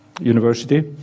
University